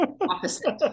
opposite